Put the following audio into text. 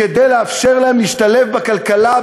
כדי לאפשר להם להשתלב בכלכלה,